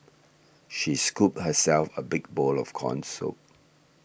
she scooped herself a big bowl of Corn Soup